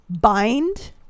bind